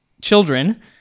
children